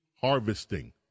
harvesting